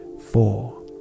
four